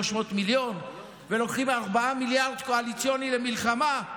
300 מיליון ולוקחים 4 מיליארד קואליציוני למלחמה,